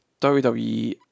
WWE